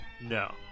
No